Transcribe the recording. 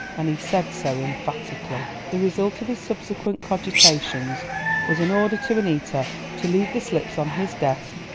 and he said so emphatically. the result of his subsequent cogitations was an order to annita to leave the slips on his desk,